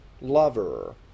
lover